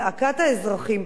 זעקת האזרחים,